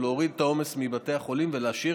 להוריד את העומס מבתי החולים ולהשאיר